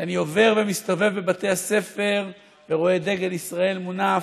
כשאני עובר ומסתובב בבתי הספר ורואה את דגל ישראל מונף,